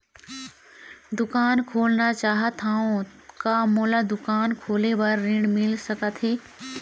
दुकान खोलना चाहत हाव, का मोला दुकान खोले बर ऋण मिल सकत हे?